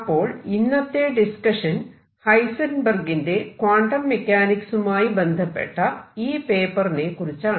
അപ്പോൾ ഇന്നത്തെ ഡിസ്കഷൻ ഹൈസെൻബെർഗിന്റെ ക്വാണ്ടം മെക്കാനിക്സുമായി ബന്ധപ്പെട്ട ഈ പേപ്പറിനെ കുറിച്ചാണ്